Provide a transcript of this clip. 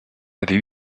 avaient